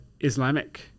Islamic